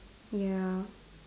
ya